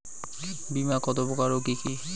বীমা কত প্রকার ও কি কি?